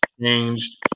changed